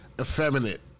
effeminate